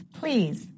please